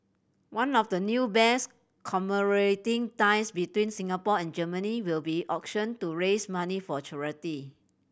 one of the new bears commemorating ties between Singapore and Germany will be auctioned to raise money for charity